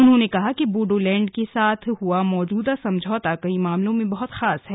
उन्होंने कहा कि बोडोलैंड के साथ हुआ मौजूदा समझौता कई मामलों में बहुत खास है